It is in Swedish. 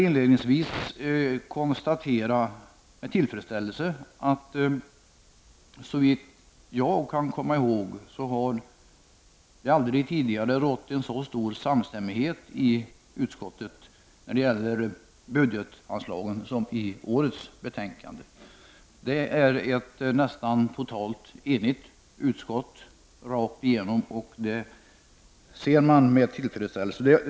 Inledningsvis vill jag med tillfredsställelse konstatera att det såvitt jag kan komma ihåg aldrig tidigare har rått en så stor samstämmighet i utskottet när det gäller budgetanslagen som framgår av årets utskottsbetänkande. Det är ett nästan helt enigt utskottsbetänkande.